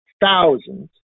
thousands